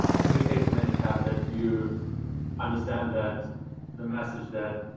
communicate to manychat that you understand that the message that